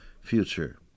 future